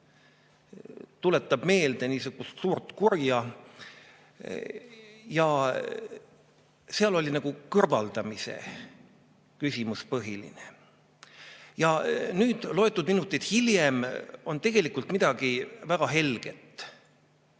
tuletas meelde suurt kurja. Seal oli nagu kõrvaldamise küsimus põhiline. Nüüd, loetud minutid hiljem, on tegelikult midagi väga helget.